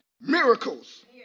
miracles